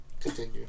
Continue